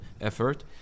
effort